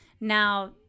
Now